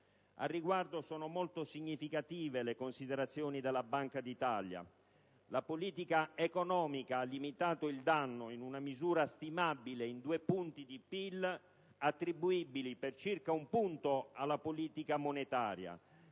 Al riguardo, sono molto significative le considerazioni della Banca d'Italia: "La politica economica ha limitato il danno in una misura stimabile in due punti di PIL, attribuibili per circa un punto alla politica monetaria,